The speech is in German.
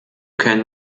können